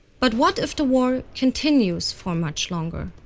but what if the war continues for much longer?